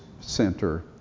center